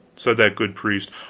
said that good priest.